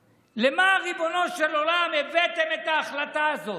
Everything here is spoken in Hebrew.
למה, ריבונו של עולם, הבאתם את ההחלטה הזאת?